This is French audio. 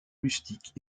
rustique